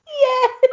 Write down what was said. Yes